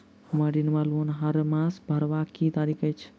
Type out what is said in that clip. हम्मर ऋण वा लोन हरमास भरवाक की तारीख अछि?